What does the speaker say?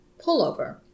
pullover